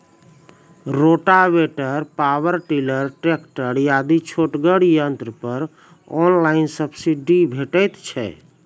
Rotavator, power tiller, tractor आदि छोटगर यंत्र पर ऑनलाइन सब्सिडी भेटैत छै?